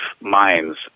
minds